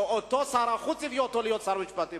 שאותו שר החוץ הביא אותו להיות שר המשפטים.